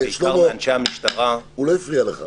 שלמה, הוא לא הפריע לך.